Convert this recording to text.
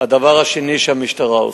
הדבר השני שהמשטרה עושה,